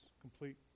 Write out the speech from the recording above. complete